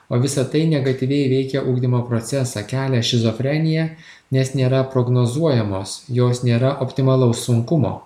o visa tai negatyviai veikia ugdymo procesą kelia šizofreniją nes nėra prognozuojamos jos nėra optimalaus sunkumo